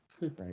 right